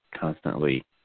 constantly